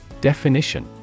Definition